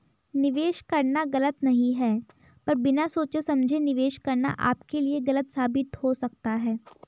निवेश करना गलत नहीं है पर बिना सोचे समझे निवेश करना आपके लिए गलत साबित हो सकता है